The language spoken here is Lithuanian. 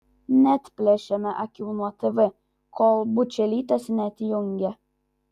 neatplėšėme akių nuo tv kol bučelytės neatjungė